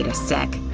and sec,